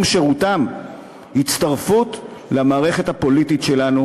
שירותם הצטרפות למערכת הפוליטית שלנו,